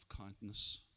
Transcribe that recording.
kindness